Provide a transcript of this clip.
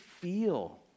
feel